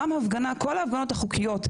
גם כל ההפגנות החוקיות,